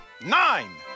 Nine